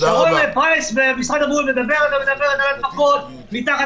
פרייס ומשרד הבריאות מדבר על הדבקות, מתחת